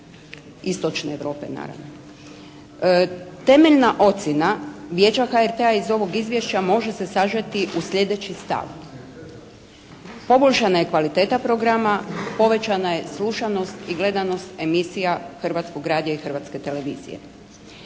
istočne Europe, naravno. Temeljna ocjena Vijeća HRT-a iz ovog izvješća može se sažeti u sljedeći stav: Poboljšana je kvaliteta programa, povećana je slušanost i gledanost emisija Hrvatskog radija i Hrvatske televizije.